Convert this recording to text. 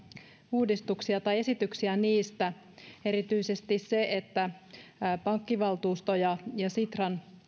uudistuksia tai esityksiä niistä erityisesti sitä että pankkivaltuusto ja ja sitran